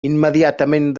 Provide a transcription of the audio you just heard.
immediatament